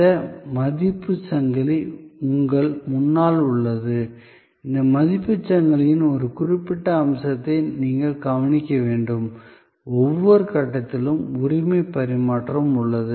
இந்த மதிப்புச் சங்கிலி உங்கள் முன்னால் உள்ளது இந்த மதிப்புச் சங்கிலியின் ஒரு குறிப்பிட்ட அம்சத்தை நீங்கள் கவனிக்க வேண்டும் ஒவ்வொரு கட்டத்திலும் உரிமை பரிமாற்றம் உள்ளது